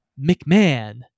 McMahon